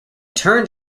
turned